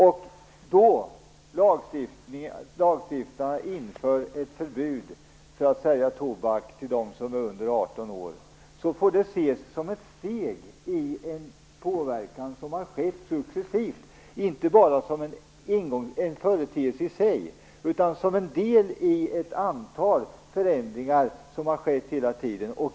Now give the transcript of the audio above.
Om lagstiftarna då inför ett förbud mot att sälja tobak till dem som är under 18 år, får det inte bara ses som en företeelse i sig utan som en del i det antal förändringar som har skett hela tiden.